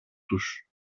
τους